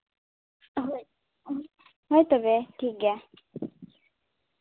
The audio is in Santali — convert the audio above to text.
ᱦᱳᱭ ᱦᱳᱭ ᱛᱚᱵᱮ ᱴᱷᱤᱠ ᱜᱮᱭᱟ